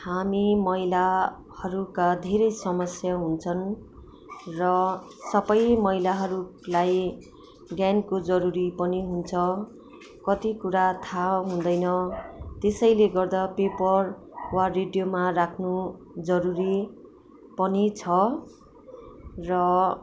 हामी महिलाहरूका धेरै समस्या हुन्छन् र सबै महिलाहरूलाई ज्ञानको जरुरी पनि हुन्छ कति कुरा थाहा हुँदैन त्यसैले गर्दा पेपर वा रेडियोमा राख्नु जरुरी पनि छ र